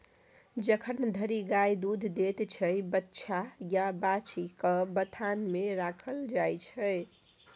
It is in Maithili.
जखन धरि गाय दुध दैत छै बछ्छा या बाछी केँ बथान मे राखल जाइ छै